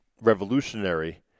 revolutionary